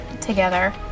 together